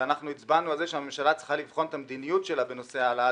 אנחנו הצבענו על זה שהממשלה צריכה לבחון את המדיניות שלה בנושא העלאת